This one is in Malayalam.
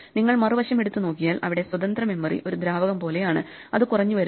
നിങ്ങൾ മറുവശം എടുത്തു നോക്കിയാൽ അവിടെ സ്വതന്ത്ര മെമ്മറി ഒരു ദ്രാവകം പോലെയാണ് അത് കുറഞ്ഞു വരുന്നു